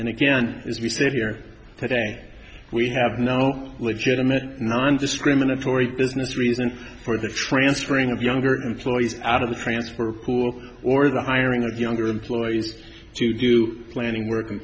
and again as we sit here today we have no legitimate nondiscriminatory business reasons for the transferring of younger employees out of the transfer pool or the hiring of younger employees to do planning work